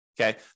Okay